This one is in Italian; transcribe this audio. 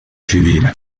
civile